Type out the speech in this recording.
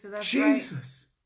Jesus